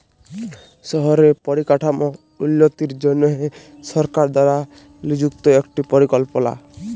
শহরে পরিকাঠাম উল্যতির জনহে সরকার দ্বারা লিযুক্ত একটি পরিকল্পলা